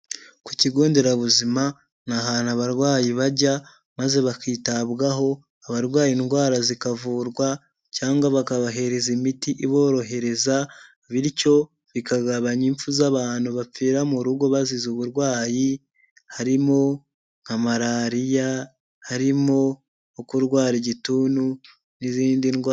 Ku kigo nderabuzima ni ahantu abarwayi bajya maze bakitabwaho, abarwaye indwara zikavurwa cyangwa bakabahereza imiti iborohereza bityo bikagabanya impfu z'abantu bapfira mu rugo bazize uburwayi, harimo nka malariya, harimo kurwara igituntu n'izindi ndwara.